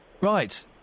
Right